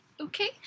Okay